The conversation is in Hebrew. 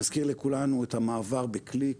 נזכיר לכולנו את המעבר בקליק,